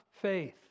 faith